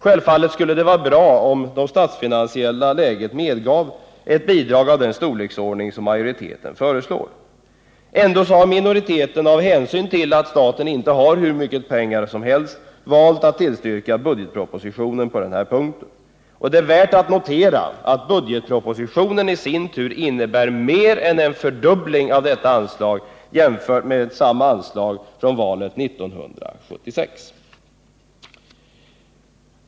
Självfallet skulle det vara bra, om det statsfinansiella läget möjliggjorde ett bidrag av den storleksordning som majoriteten föreslår. Trots detta har minoriteten på grund av att staten inte har hur mycket pengar som helst valt att på den här punkten tillstyrka budgetpropositionen. Det är värt att notera att budgetpropositionen i sin tur innebär mer än en fördubbling av detta anslag, jämfört med anslaget under valåret 1976.